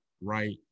right